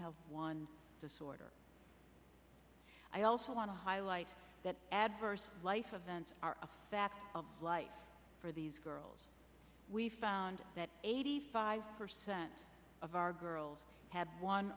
have one disorder i also want to highlight that adverse life of vents are a fact of life for these girls we found that eighty five percent of our girls had one